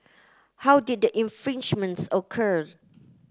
how did the infringements occur